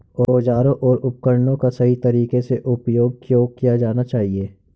औजारों और उपकरणों का सही तरीके से उपयोग क्यों किया जाना चाहिए?